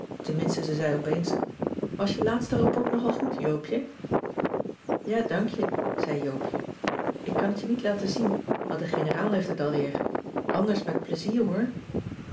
tenminste ze zei opeens was je laatste rapport nog al goed joopje ja dank je zei joopje ik kan t je niet laten zien want de generaal heeft het alweer anders met pleizier hoor